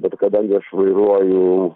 bet kadangi aš vairuoju